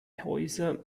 häuser